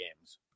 games